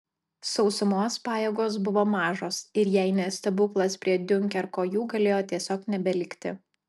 sausumos pajėgos buvo mažos ir jei ne stebuklas prie diunkerko jų galėjo tiesiog nebelikti